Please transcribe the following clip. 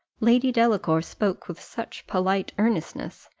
lady delacour spoke with such polite earnestness,